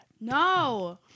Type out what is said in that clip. No